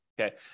okay